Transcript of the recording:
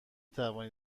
توانید